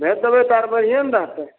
भेज देबै तऽ आर बढ़िये ने रहतै